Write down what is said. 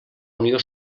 unió